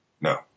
No